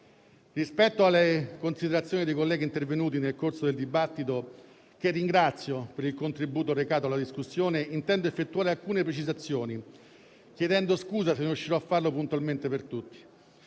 Rispetto alle considerazioni dei colleghi intervenuti nel corso del dibattito, che ringrazio per il contributo recato alla discussione, intendo effettuare alcune precisazioni, chiedendo scusa se non riuscirò a farlo puntualmente per tutti.